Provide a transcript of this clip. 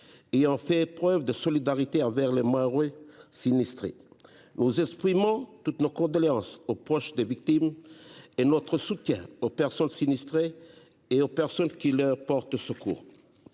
ayant fait preuve de solidarité envers les Mahorais sinistrés. Nous exprimons toutes nos condoléances aux proches des victimes et notre soutien aux personnes touchées, ainsi qu’à tous ceux qui leur portent secours.